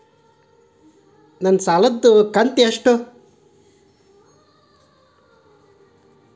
ನನ್ನ ಸಾಲದು ಕಂತ್ಯಷ್ಟು?